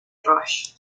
rush